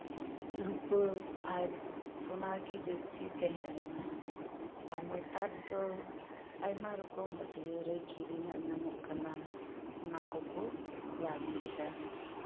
ᱨᱩᱯᱟᱹ ᱟᱨ ᱥᱳᱱᱟ ᱜᱮ ᱡᱟᱹᱥᱛᱤ ᱛᱟᱦᱮᱸ ᱞᱮᱱᱟ ᱟᱨ ᱱᱮᱛᱟᱨ ᱫᱚ ᱟᱭᱢᱟ ᱨᱚᱠᱚᱢ ᱦᱟᱹᱴᱭᱟᱹ ᱨᱮ ᱠᱤᱨᱤᱧᱟᱜ ᱧᱟᱢᱚᱜ ᱠᱟᱱᱟ ᱚᱱᱟ ᱠᱚᱠᱚ ᱞᱟᱸᱫᱮᱭᱮᱫᱟ